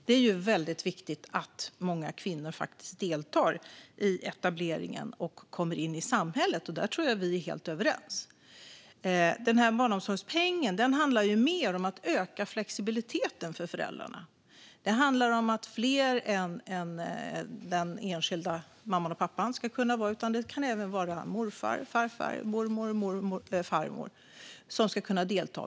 Det är väldigt viktigt att många kvinnor deltar i etableringen och kommer in i samhället, och där tror jag att vi är helt överens. Barnomsorgspengen handlar mer om att öka flexibiliteten för föräldrarna. Det handlar om att fler än den enskilda mamman och pappan ska kunna vara med barnen; det kan även vara morfar, farfar, mormor eller farmor som ska kunna delta.